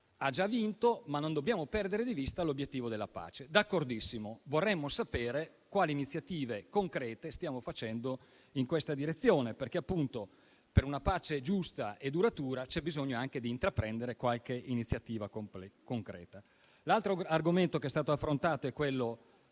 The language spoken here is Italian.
già vinto, ma non dobbiamo perdere di vista l'obiettivo della pace: d'accordissimo. Vorremmo sapere quali iniziative concrete stiamo facendo in questa direzione, perché per una pace giusta e duratura c'è anche bisogno di intraprendere qualche iniziativa concreta. L'altro argomento che è stato affrontato è relativo